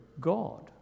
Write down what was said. God